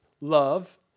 love